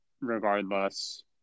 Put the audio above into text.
regardless